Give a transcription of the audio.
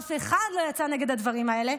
אף אחד לא יצא נגד הדברים האלה.